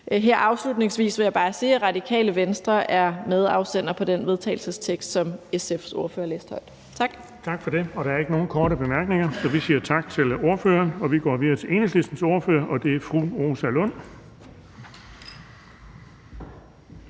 Her afslutningsvis vil jeg bare sige, at Radikale Venstre er medafsender på den vedtagelsestekst, som SF's ordfører læste højt. Tak. Kl. 11:10 Den fg. formand (Erling Bonnesen): Tak for det. Der er ikke nogen korte bemærkninger, så vi siger tak til ordføreren. Vi går videre til Enhedslistens ordfører, og det er fru Rosa Lund.